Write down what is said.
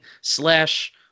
slash